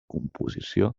composició